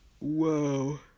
whoa